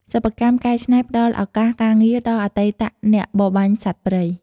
សិប្បកម្មកែច្នៃផ្តល់ឱកាសការងារដល់អតីតអ្នកបរបាញ់សត្វព្រៃ។